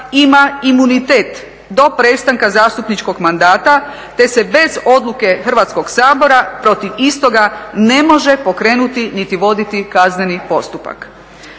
ima imunitet do prestanka zastupničkog mandata te se bez odluke Hrvatskog sabora protiv istoga ne može pokrenuti niti voditi kazneni postupak.